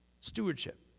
stewardship